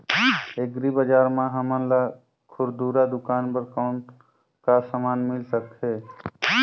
Agri बजार म हमन ला खुरदुरा दुकान बर कौन का समान मिल सकत हे?